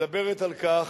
מדברת על כך,